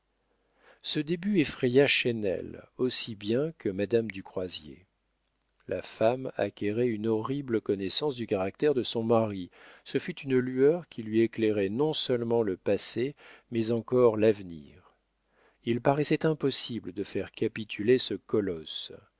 ce début effraya chesnel aussi bien que madame du croisier la femme acquérait une horrible connaissance du caractère de son mari ce fut une lueur qui lui éclairait non-seulement le passé mais encore l'avenir il paraissait impossible de faire capituler ce colosse